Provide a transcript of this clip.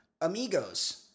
amigos